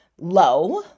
low